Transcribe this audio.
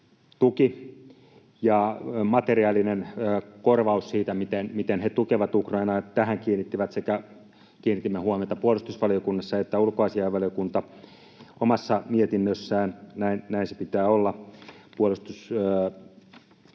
tuki ja materiaalinen korvaus siitä, miten he tukevat Ukrainaa. Tähän kiinnitimme huomiota puolustusvaliokunnassa sekä ulkoasiainvaliokunta omassa mietinnössään. Näin se pitää olla. Omasta